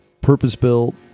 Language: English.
purpose-built